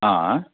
अँ